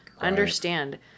understand